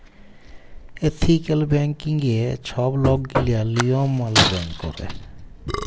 ethical ব্যাংকিংয়ে ছব লকগিলা লিয়ম মালে ব্যাংক ক্যরে